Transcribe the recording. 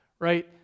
right